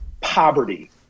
poverty